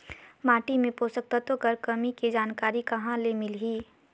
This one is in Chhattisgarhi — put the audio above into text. माटी मे पोषक तत्व कर कमी के जानकारी कहां ले मिलही?